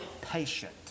patient